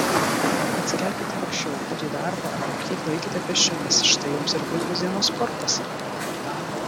atsikelkite anksčiau ir į darbą ar mokyklą eikite pėsčiomis štai jums ir puikus dienos sportas